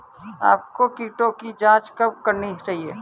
आपको कीटों की जांच कब करनी चाहिए?